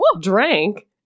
drank